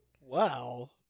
Wow